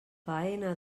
faena